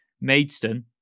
Maidstone